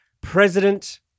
president